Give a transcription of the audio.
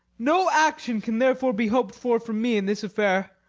no action can therefore be hoped for from me in this affair.